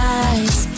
eyes